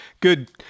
Good